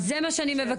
אז זה מה שאני מבקשת,